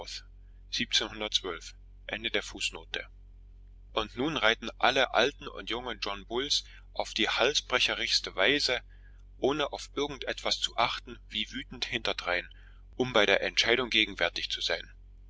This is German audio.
und nun reiten alle alten und jungen john bulls auf die halsbrecherischste weise ohne auf irgend etwas zu achten wie wütend hinterdrein um bei der entscheidung gegenwärtig zu sein